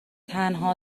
تنها